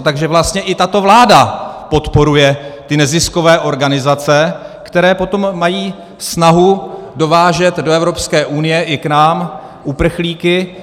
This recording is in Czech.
Takže i tato vláda podporuje ty neziskové organizace, které potom mají snahu dovážet do Evropské unie i k nám uprchlíky.